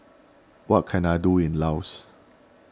what can I do in Laos